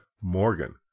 Morgan